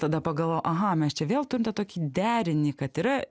tada pagalvojau aha mes čia vėl turim tą tokį derinį kad yra